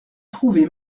trouvait